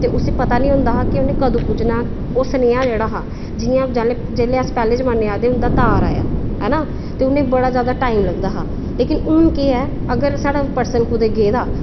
ते उसी पता निं होंदा हा उन्ने कदूं पुज्जना ते ओह् सनमेहा जेह्ड़ा हा जियां पैह्लें जमानै आह्ले हे उंदा तार आया ऐ ना ते उनेंगी बड़ा जादा टैम लगदा हा लेकिन हून केह् ऐ अगर साढ़ा पर्सन कुदै गेदा